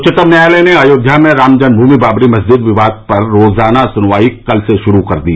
उच्चतम न्यायालय ने अयोध्या में रामजन्म भूमि बाबरी मस्जिद विवाद पर रोजाना सुनवाई कल से शुरू कर दी